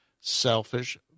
selfish